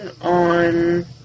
on